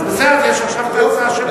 אז בסדר, יש לך עכשיו תירוץ לאשר אותו.